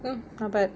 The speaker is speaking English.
mm not bad